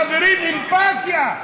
חברים, אמפתיה.